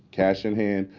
cash in hand.